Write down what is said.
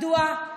מדוע?